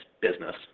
business